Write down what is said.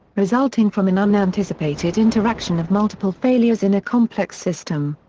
resulting from an unanticipated interaction of multiple failures in a complex system.